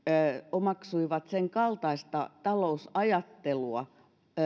omaksui senkaltaista talousajattelua